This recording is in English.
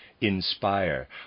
inspire